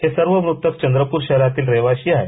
हे सर्व मृतक चंद्रपूर शहरातील रहिवाशी आहेत